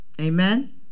amen